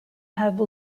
have